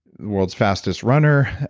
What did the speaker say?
world's fastest runner,